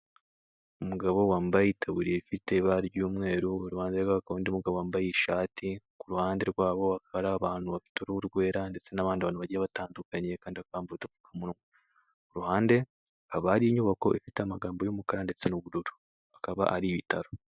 Umugabo wambaye itaburiye ifite ibara ry'umweru uru rubande rwe haka undindi mugabo wambaye ishati ku ruhande rwabo ari abantu bafite uruhu rwera ndetse n'abandi bantu bagiye batandukanye kandi akambukapfu ruhande haba hari inyubako ifite amagambo y'umukara ndetse n'ubururu akaba ari ibitaro.